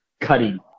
cutting